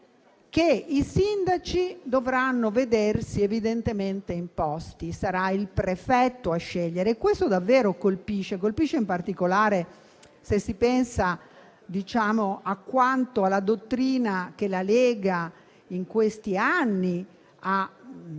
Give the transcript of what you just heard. che i sindaci dovranno vedersi evidentemente imposti, che sarà il prefetto a scegliere. Questo davvero colpisce, in particolare se si pensa alla dottrina sulla quale la Lega in questi anni ha